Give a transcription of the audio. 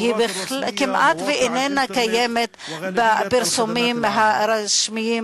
והיא כמעט איננה קיימת בפרסומים הרשמיים,